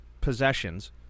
possessions